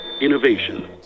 Innovation